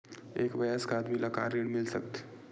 एक वयस्क आदमी ला का ऋण मिल सकथे?